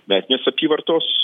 metinės apyvartos